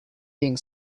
being